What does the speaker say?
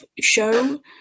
show